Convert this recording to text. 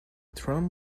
tram